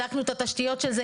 בדקנו את התשתיות של זה?